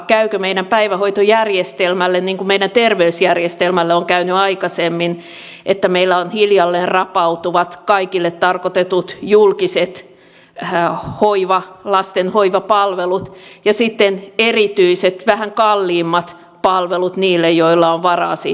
käykö meidän päivähoitojärjestelmälle niin kuin meidän terveysjärjestelmälle on käynyt aikaisemmin että meillä on hiljalleen rapautuvat kaikille tarkoitetut julkiset lasten hoivapalvelut ja sitten erityiset vähän kalliimmat palvelut niille joilla on varaa siitä maksaa